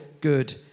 good